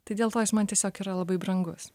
todėl man tiesiog yra labai brangus